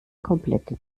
komplette